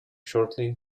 shortly